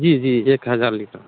जी जी एक हज़ार लीटर